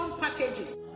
packages